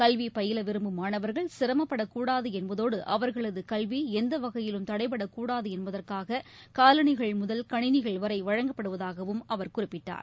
கல்வி பயில விரும்பும் மாணவர்கள் சிரமப்படக்கூடாது என்பதோடு அவர்களது கல்வி எந்த வகையிலும் தடைப்படக்கூடாது என்பதற்காக காலணிகள் முதல் கணினிகள் வரை வழங்கப்படுவதாகவும் அவர் குறிப்பிட்டார்